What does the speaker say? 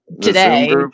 today